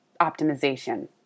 optimization